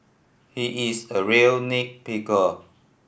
he is a real nit picker